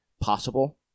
possible